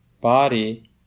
body